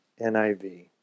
NIV